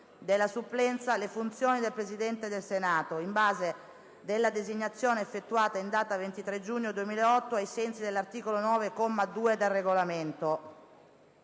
della supplenza le funzioni di Presidente del Senato in base alla designazione effettuata in data 23 giugno 2008, ai sensi dell'articolo 9, comma 2, del Regolamento.